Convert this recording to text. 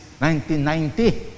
1990